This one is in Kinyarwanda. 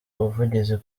ubuvugizi